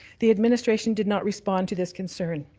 the administration did not respond to this concern.